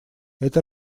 это